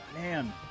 man